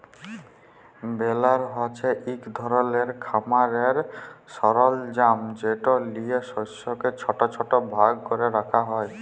বেলার হছে ইক ধরলের খামারের সরলজাম যেট লিঁয়ে শস্যকে ছট ছট ভাগ ক্যরে রাখা হ্যয়